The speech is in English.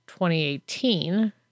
2018